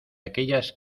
aquellas